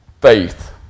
Faith